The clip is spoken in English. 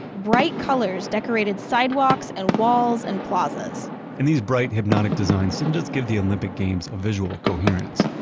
bright colors decorated sidewalks and walls and plazas and these bright, hypnotic designs didn't just give the olympic games a visual coherence.